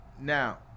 Now